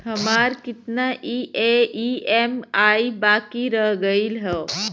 हमार कितना ई ई.एम.आई बाकी रह गइल हौ?